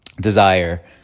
desire